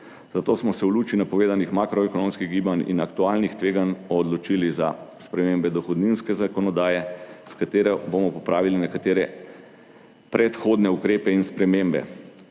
zato smo se v luči napovedanih makroekonomskih gibanj in aktualnih tveganj odločili za spremembe dohodninske zakonodaje, s katero bomo popravili nekatere predhodne ukrepe in spremembe.